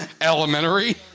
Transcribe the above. Elementary